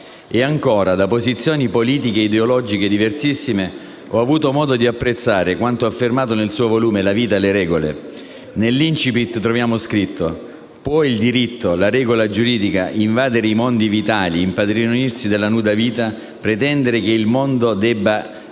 Ancora, da posizioni politiche ed ideologiche diversissime ho avuto modo di apprezzare quanto affermato nel suo volume «La vita e le regole». Nell'*incipit* troviamo scritto: «Può il diritto, la regola giuridica, invadere i mondi vitali, impadronirsi della nuda vita, pretendere che il mondo debba "evadere